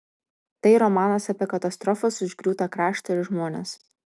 tai romanas apie katastrofos užgriūtą kraštą ir žmones